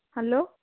hello